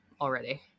already